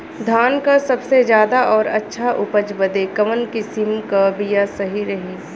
धान क सबसे ज्यादा और अच्छा उपज बदे कवन किसीम क बिया सही रही?